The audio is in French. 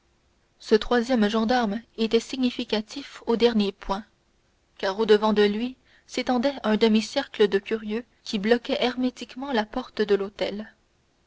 ce troisième gendarme était significatif au dernier point car au-devant de lui s'étendait un demi-cercle de curieux qui bloquaient hermétiquement la porte de l'hôtel